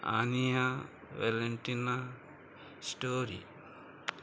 आनीया Valentina story